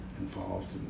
involved